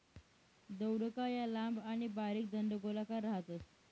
दौडका या लांब आणि बारीक दंडगोलाकार राहतस